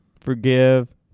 Forgive